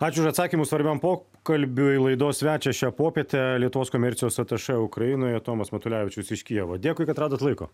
ačiū už atsakymus svarbiam pokalbiui laidos svečias šią popietę lietuvos komercijos atašė ukrainoje tomas matulevičius iš kijevo dėkui kad radot laiko